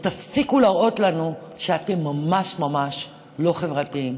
ותפסיקו להראות לנו שאתם ממש ממש לא חברתיים.